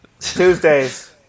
Tuesdays